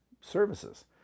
services